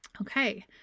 Okay